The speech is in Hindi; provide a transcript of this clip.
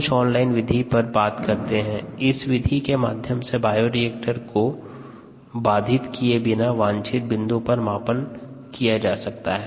कुछ ऑन लाइन विधि पर बात करते हैं इस विधि के माध्यम से बायोरिएक्टर को बाधित किए बिना वांछित बिंदु पर मापन किया जा सकता है